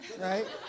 right